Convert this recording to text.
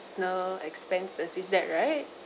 expenses is that right